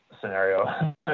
scenario